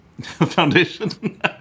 Foundation